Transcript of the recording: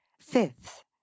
fifth